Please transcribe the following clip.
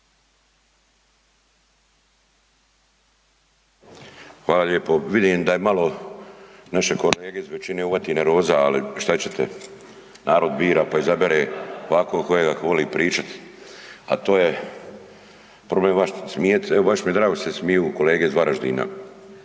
Hvala lijepo. Vidim da je malo, naše kolege iz većine uvati nervoza, ali šta ćete narod bira, pa izabere ovako kojega voli pričat, a to je problem …/nerazumljivo/… baš mi je drago šta se smiju kolege iz Varaždina.